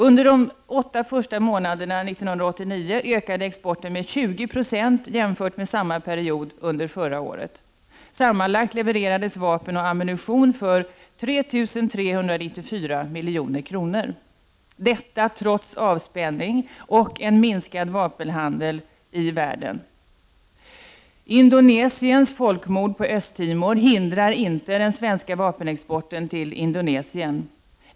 Under de åtta första månaderna 1989 ökade exporten med 20 76 jämfört med samma period under förra året. Sammanlagt levererades vapen och ammunition för 3 394 milj.kr. — detta trots avspänning och en minskad vapenhandel i världen. Indonesiens folkmord på Östtimors befolkning hindrar inte den svenska vapenexporten till Indonesien.